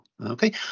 Okay